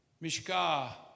Mishka